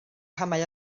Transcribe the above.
camau